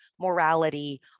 morality